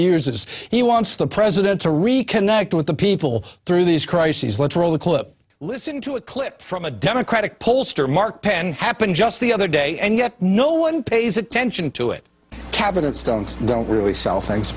uses he wants the president to reconnect with the people through these crises let's roll the clip listen to a clip from a democratic pollster mark penn happened just the other day and yet no one pays attention to it cabinet stones don't really sell things